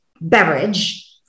beverage